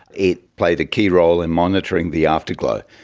it played a key role in monitoring the afterglow.